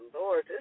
Lord